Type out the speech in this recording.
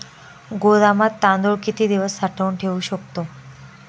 गोदामात तांदूळ किती दिवस साठवून ठेवू शकतो?